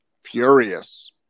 furious